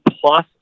Plus